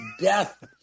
death